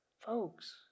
Folks